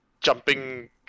jumping